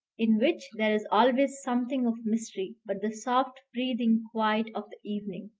in which there is always something of mystery, but the soft-breathing quiet of the evening,